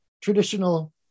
traditional